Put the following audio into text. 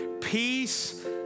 Peace